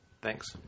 Thanks